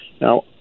Now